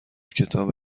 کتاب